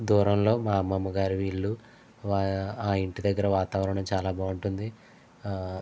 దూరంలో మా అమ్మమ గారి ఇల్లు ఆ ఇంటి దగ్గర వాతావరణం చాలా బాగుంటుంది